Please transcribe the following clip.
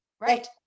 Right